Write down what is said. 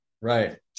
Right